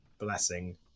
blessing